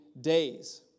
days